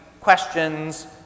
questions